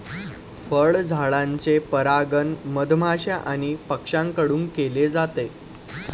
फळझाडांचे परागण मधमाश्या आणि पक्ष्यांकडून केले जाते